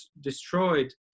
destroyed